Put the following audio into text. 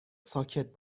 ساکت